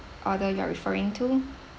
order you are referring to